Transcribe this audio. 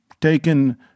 taken